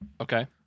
Okay